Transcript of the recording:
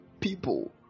people